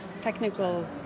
technical